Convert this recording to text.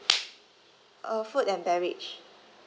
uh food and beverage